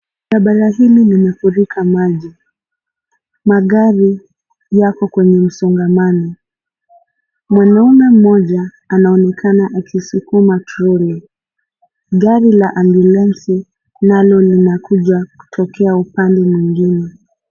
Barabara hili limefurika maji. Magari yako kwenye msongomano. Mwanaume mmoja anaonekana akisukuma troli. Gari la ambulensi nalo linakuja kutokea upande mwingine.